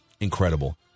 Incredible